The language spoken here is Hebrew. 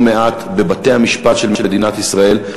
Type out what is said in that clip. לא מעט בבתי-המשפט של מדינת ישראל,